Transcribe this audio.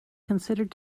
considered